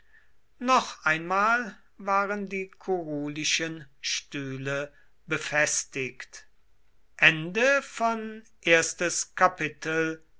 noch einmal waren die kurulischen stühle befestigt